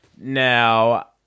Now